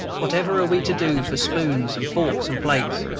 what ever are we to do for spoons and forks and plates?